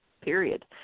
period